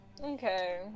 Okay